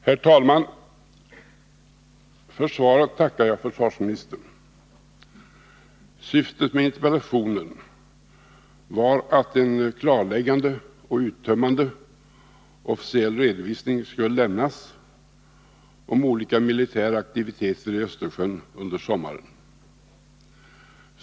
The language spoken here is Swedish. Herr talman! För svaret tackar jag försvarsministern. Syftet med interpellationen var att en klarläggande och uttömmande officiell redovisning skulle lämnas om olika militära aktiviteter i Östersjön under sommaren.